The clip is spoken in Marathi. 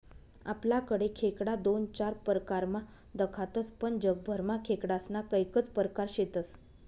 आपलाकडे खेकडा दोन चार परकारमा दखातस पण जगभरमा खेकडास्ना कैकज परकार शेतस